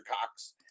Cox